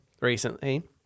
recently